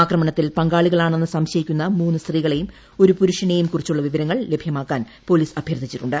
ആക്രമണത്തിൽ പങ്കാളികളാണെന്ന് സംശയിക്കുന്ന മൂന്ന് സ്ത്രീകളേയും ഒരു പുരുഷ്ന്ദേയും കുറിച്ചുള്ള വിവരങ്ങൾ ലഭ്യമാക്കാൻ പൊലീസ് അഭ്യർത്ഥിച്ചിട്ടുണ്ട്